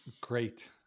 Great